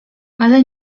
ale